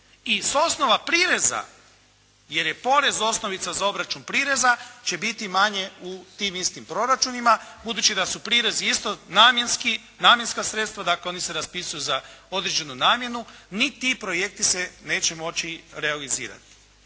i s osnova prireza, jer je porez osnovica za obračun prireza će biti manje u tim istim proračunima, budući da su prirezi isto namjenski, namjenska sredstva, dakle oni se raspisuju za određenu namjenu, ni ti projekti se neće moći realizirati.